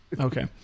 Okay